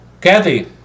Kathy